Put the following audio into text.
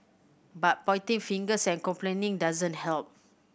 but pointing fingers and complaining doesn't help